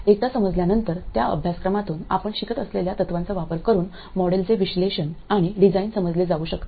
एकदा समजल्यानंतर त्या अभ्यासक्रमातून आपण शिकत असलेल्या तत्त्वांचा वापर करुन मॉडेलचे विश्लेषण आणि डिझाइन समजले जाऊ शकते